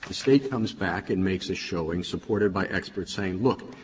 state comes back and makes a showing supported by experts saying, look,